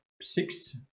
Six